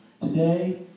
today